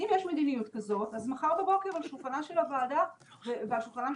אם יש מדיניות כזאת אז מחר בבוקר על שולחנה של הוועדה ועל שולחנם,